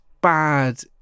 bad